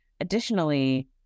Additionally